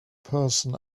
person